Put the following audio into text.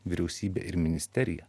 vyriausybę ir ministeriją